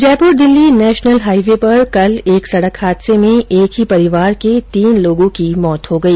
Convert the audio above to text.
Jaipur Delhi national highway पर कल एक सडक हादसे मे एक ही परिवार के तीन लोगों की मौत हो गई